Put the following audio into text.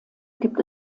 gibt